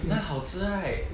那好吃 right